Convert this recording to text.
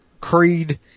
Creed